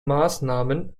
maßnahmen